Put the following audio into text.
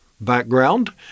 background